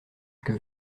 que